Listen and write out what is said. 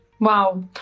Wow